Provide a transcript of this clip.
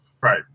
Right